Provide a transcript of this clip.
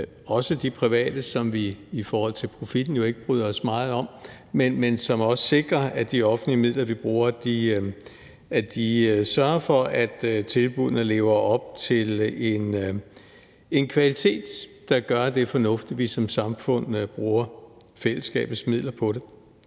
også de private, som vi i forhold til profitten jo ikke bryder os meget om, men som også sikrer, at de offentlige midler, vi bruger, sørger for, at tilbuddene lever op til en kvalitet, der gør, at det er fornuftigt, at vi som samfund bruger fællesskabets midler på det.